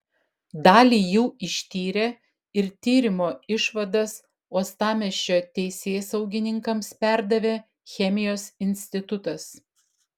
dalį jų ištyrė ir tyrimo išvadas uostamiesčio teisėsaugininkams perdavė chemijos institutas